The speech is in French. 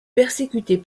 persécuter